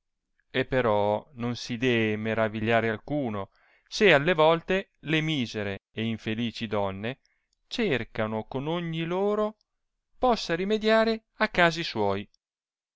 v però non si dee maravigliare alcuno se alle volte le misere e infelici donne cercano con ogni loro possa rimediare a casi suoi